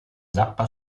zappa